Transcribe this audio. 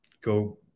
go